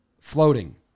floating